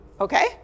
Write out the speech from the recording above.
Okay